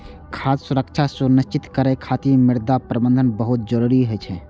खाद्य सुरक्षा सुनिश्चित करै खातिर मृदा प्रबंधन बहुत जरूरी होइ छै